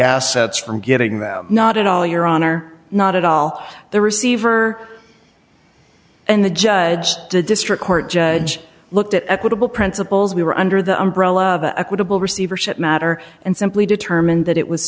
assets from getting though not at all your honor not at all the receiver and the judge did district court judge looked at equitable principles we were under the umbrella of a quibble receivership matter and simply determined that it was